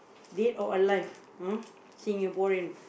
dead or alive !huh! Singaporean